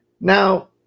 Now